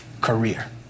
career